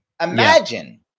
Imagine